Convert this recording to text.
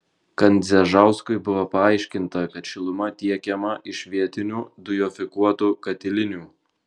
kandzežauskui buvo paaiškinta kad šiluma tiekiama iš vietinių dujofikuotų katilinių